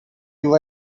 you